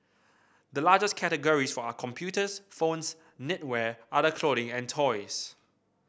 the largest categories for are computers phones knitwear other clothing and toys